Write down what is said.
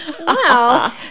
Wow